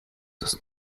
das